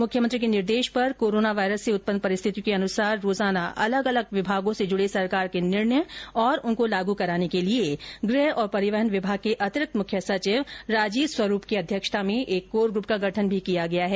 मुख्यमंत्री के निर्देश पर कोरोना वायरस से उत्पन्न परिस्थितियों के अनुसार रोजाना अलग अलग विमागों से जुड़े सरकार के निर्णय तथा उनकों लागू कराने के लिए गृह और परिवहन विभाग के अतिरिक्त मुख्य सचिव राजीव स्वरूप की अध्यक्षता में एक कोर ग्रूप का गठन किया गया है